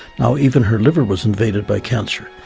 now even her liver was invaded by cancer.